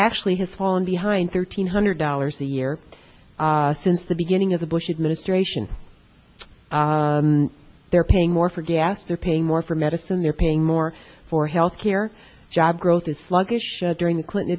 actually has fallen behind thirteen hundred dollars a year since the beginning of the bush administration they're paying more for gas they're paying more for medicine they're paying more for health care job growth is sluggish during the clinton